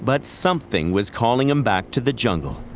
but something was calling him back to the jungle.